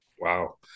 Wow